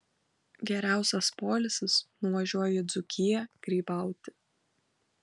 geriausias poilsis nuvažiuoju į dzūkiją grybauti